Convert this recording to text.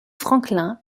franklin